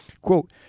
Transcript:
Quote